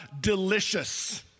delicious